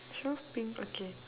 shopping okay